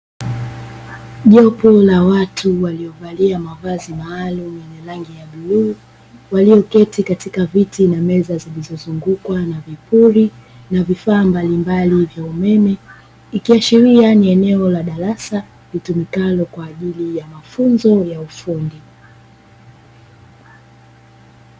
Jopo la watu waliovalia mavazi maalumu ye rangi ya bluu, walioketi katika viti na meza zilizozungukwa na vipuli na vifaa maalumu vya umeme. Ikiashiria ni eneo la darasa litumikalo kwa ajili ya mafunzo ya ufundi.